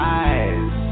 eyes